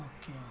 Okay